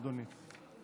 אדוני.